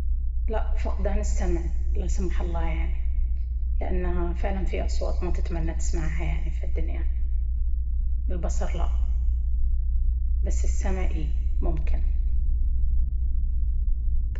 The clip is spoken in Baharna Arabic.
لا فقدان السمع لا سمح الله يعني لأن فعلا في أصوات ما تتمنى تسمعها يعني في هالدنيا… البصر لا بس السمع أي ممكن.